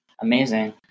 Amazing